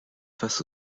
face